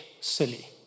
silly